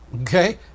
okay